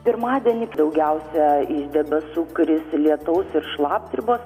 pirmadienį daugiausia iš debesų kris lietaus ir šlapdribos